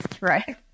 right